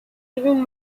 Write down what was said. even